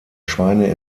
schweine